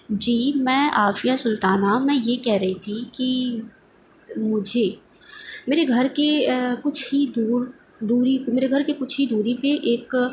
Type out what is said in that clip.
جی میں عافیہ سلطانہ میں یہ کہہ رہی تھی کہ مجھے میرے گھر کے کچھ ہی دور دوری میرے گھر کے کچھ ہی دور پہ ایک